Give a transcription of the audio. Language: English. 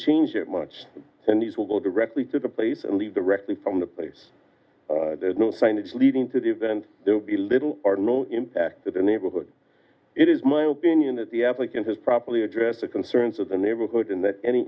change it much and these will go directly to the place and leave directly from the place there's no signage leading to the event there will be little or no impact to the neighborhood it is my opinion that the applicant has properly addressed the concerns of the neighborhood in that any